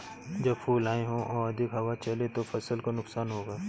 जब फूल आए हों और अधिक हवा चले तो फसल को नुकसान होगा?